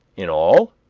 in all.